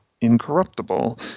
Incorruptible